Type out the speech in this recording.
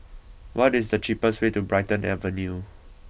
what is the cheapest way to Brighton Avenue